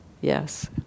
Yes